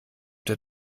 der